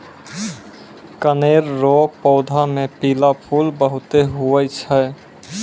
कनेर रो पौधा मे पीला फूल बहुते हुवै छै